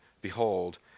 behold